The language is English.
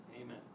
Amen